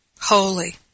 holy